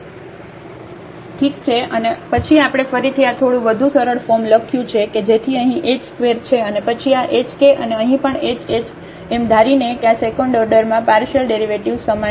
ઠીક છે અને પછી આપણે ફરીથી આ થોડું વધુ સરળ ફોર્મ લખ્યું છે જેથી અહીં h ² છે અને પછી આ hk અને અહીં પણ h h એમ ધારીને કે આ સેકન્ડ ઓર્ડરમાં પાર્શિયલ ડેરિવેટિવ્ઝ સમાન છે